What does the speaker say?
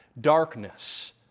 darkness